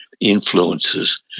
Influences